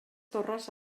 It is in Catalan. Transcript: torres